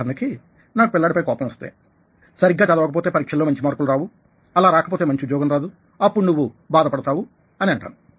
ఉదాహరణకి నాకు పిల్లడి పై కోపం వస్తే సరిగ్గా చదవక పోతే పరీక్షలలో మంచి మార్కులు రావు అలా రాకపోతే మంచి ఉద్యోగం రాదు అప్పుడు నువ్వు బాధ పడతావు అని అంటాను